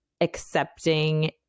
accepting